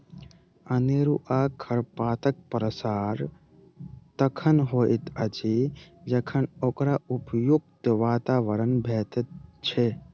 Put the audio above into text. अनेरूआ खरपातक प्रसार तखन होइत अछि जखन ओकरा उपयुक्त वातावरण भेटैत छै